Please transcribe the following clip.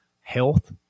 health